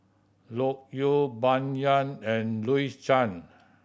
Loke Yew Bai Yan and Louis Chen